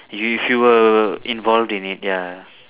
if you were involved in it ya